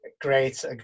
Great